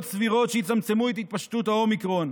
סבירות שיצמצמו את התפשטות האומיקרון.